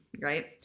right